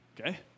okay